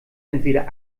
entweder